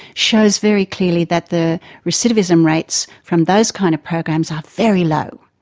shows very clearly that the recidivism rates from those kind of programs are very low.